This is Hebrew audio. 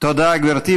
תודה, גברתי.